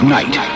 night